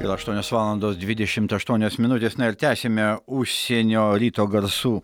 yra aštuonios valandos dvidešimt aštuonios minutės ir tęsiame užsienio ryto garsų